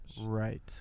right